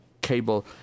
cable